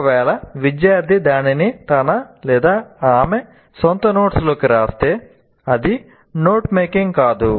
ఒకవేళ విద్యార్థి దానిని తన ఆమె సొంత నోట్స్ లోకి వ్రాస్తే అది నోట్ మేకింగ్ కాదు